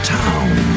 town